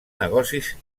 negocis